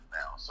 now